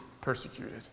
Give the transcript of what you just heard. persecuted